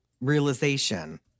realization